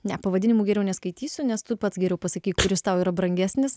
ne pavadinimų geriau neskaitysiu nes tu pats geriau pasakyk kuris tau yra brangesnis